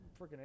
freaking